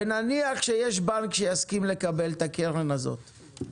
ונניח שיש בנק שיסכים לקבל את הקרן הזאת,